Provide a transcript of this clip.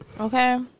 Okay